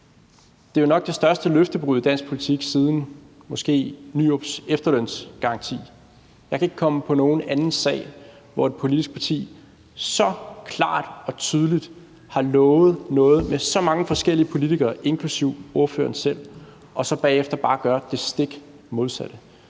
Det er jo nok det største løftebrud i dansk politik siden måske Nyrups efterlønsgaranti. Jeg kan ikke komme på nogen anden sag, hvor et politisk parti så klart og tydeligt har lovet noget – med så mange forskellige politikere, inklusive ordføreren selv – og så bagefter bare gør det stik modsatte.